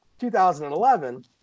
2011